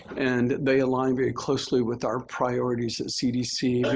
and they aligned very closely with our priorities at cdc,